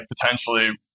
potentially